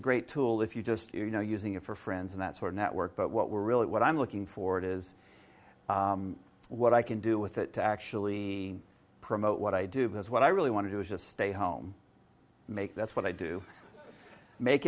a great tool if you just you know using it for friends and that's where network but what we're really what i'm looking for is what i can do with it to actually promote what i do because what i really want to do is just stay home make that's what i do make